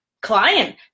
client